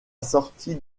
sortie